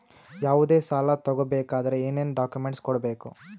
ಯಾವುದೇ ಸಾಲ ತಗೊ ಬೇಕಾದ್ರೆ ಏನೇನ್ ಡಾಕ್ಯೂಮೆಂಟ್ಸ್ ಕೊಡಬೇಕು?